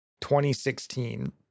2016